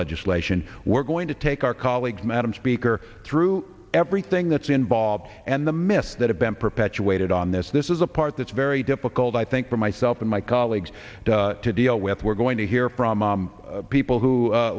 legislation we're going to take our colleagues madam speaker through everything that's involved and the myths that have been perpetuated on this this is a part that's very difficult i think for myself and my colleagues to deal with we're going to hear from people who